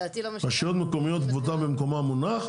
דעתי לא משנה --- רשויות מקומיות כבודן במקומן מונח,